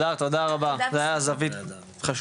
הדר תודה רבה, זה היה זווית חשובה.